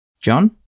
John